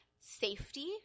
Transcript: safety